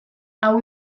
hau